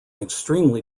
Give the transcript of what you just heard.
extremely